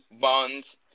bonds